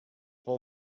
wol